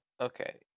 okay